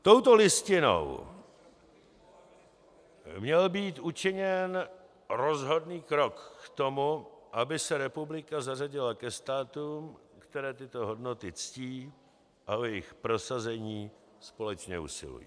Touto Listinou měl být učiněn rozhodný krok k tomu, aby se republika zařadila ke státům, které tyto hodnoty ctí a o jejich prosazení společně usilují.